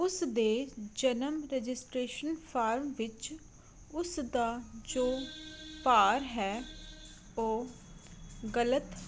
ਉਸ ਦੇ ਜਨਮ ਰਜਿਸਟਰੇਸ਼ਨ ਫਾਰਮ ਵਿੱਚ ਉਸ ਦਾ ਜੋ ਭਾਰ ਹੈ ਉਹ ਗਲਤ